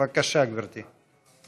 בבקשה, גברתי.